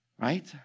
right